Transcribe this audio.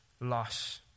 loss